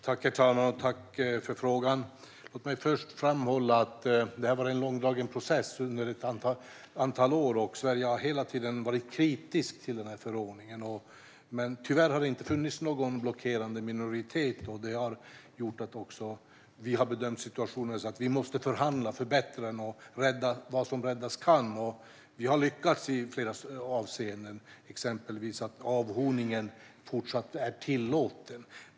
Herr talman! Tack, ledamoten, för frågan! Låt mig först framhålla att det varit en långdragen process under ett antal år. Sverige har hela tiden varit kritiskt till förordningen. Men tyvärr har det inte funnits någon blockerande minoritet. Det har gjort att vi har bedömt situationen som att vi måste förhandla, förbättra och rädda vad som räddas kan. Vi har lyckats i flera avseenden. Det gäller exempelvis att avhorningen fortsätter att vara tillåten.